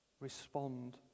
respond